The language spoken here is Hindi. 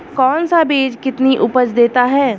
कौन सा बीज कितनी उपज देता है?